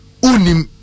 Unim